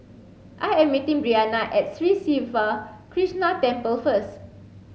I am meeting Breana at Sri Siva Krishna Temple first